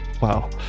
Wow